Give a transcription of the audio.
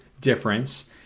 difference